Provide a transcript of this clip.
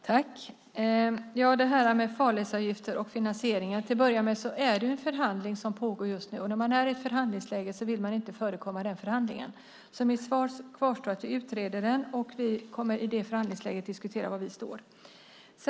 Fru talman! När det gäller farledsavgifter och finansieringar till att börja med är det en förhandling som pågår just nu. När man är i ett förhandlingsläge vill man inte förekomma den förhandlingen. Så mitt svar kvarstår att vi utreder det, och vi kommer i det förhandlingsläget att diskutera var vi står.